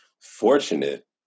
fortunate